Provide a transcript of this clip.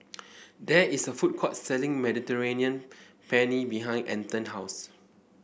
there is a food court selling Mediterranean Penne behind Anton house